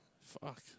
Fuck